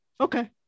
okay